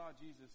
Jesus